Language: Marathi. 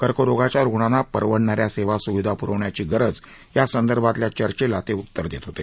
कर्करोगाच्या रूग्णांना परवडणाऱ्या सेवा सुविधा पुरवण्याची गरज या संदर्भातल्या चर्चेला ते उत्तर देत होते